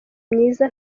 myiza